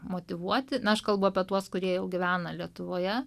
motyvuoti na aš kalbu apie tuos kurie jau gyvena lietuvoje